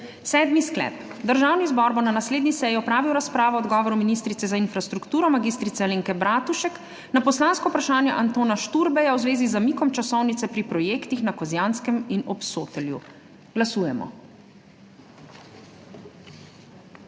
Sedmi sklep: Državni zbor bo na naslednji seji opravil razpravo o odgovoru ministrice za infrastrukturo mag. Alenke Bratušek na poslansko vprašanje Antona Šturbeja v zvezi z zamikom časovnice pri projektih na Kozjanskem in v Obsotelju. Glasujemo.